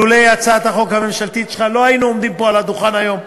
לולא הצעת החוק הממשלתית שלך לא היינו עומדים פה על הדוכן היום,